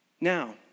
Now